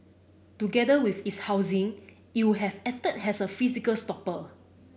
together with its housing it would have acted as a physical stopper